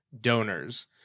donors